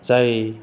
जाय